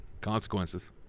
Consequences